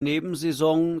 nebensaison